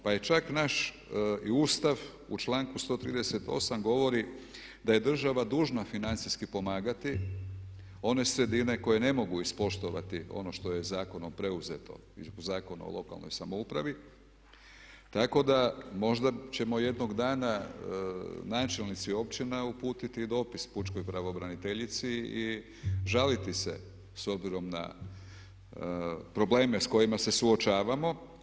Pa je čak naš Ustav u članku 138. govori da je država dužna financijski pomagati one sredine koje ne mogu ispoštovati ono što je zakonom preuzeto, u Zakonu o lokalnoj samoupravi tako da možda ćemo jednog dana načelnici općina uputiti i dopis pučkoj pravobraniteljici i žaliti se s obzirom na probleme s kojima se suočavamo.